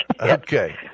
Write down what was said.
Okay